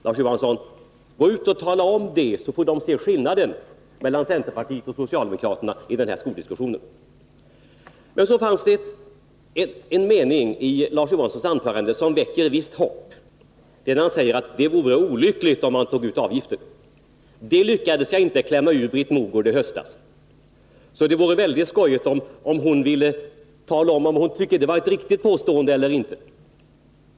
Gå ut och tala om det, Larz Johansson, så får de se skillnaden mellan centerpartiet och socialdemokraterna i den här skoldiskussionen! Det finns en mening i Larz Johanssons anförande som väcker mitt hopp, nämligen när han säger att det vore olyckligt om man tog ut avgifter. Det lyckades jag inte klämma ur Britt Mogård i höstas, så det vore väldigt skojigt om hon ville redogöra för om hon tycker att det är ett riktigt påstående eller inte.